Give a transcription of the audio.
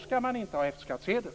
skall man inte ha F-skattsedel.